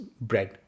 bread